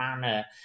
manner